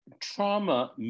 trauma